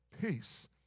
peace